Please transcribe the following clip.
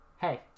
hey